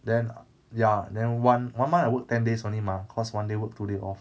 then ya then one one month I work ten days only mah cause one day work two day off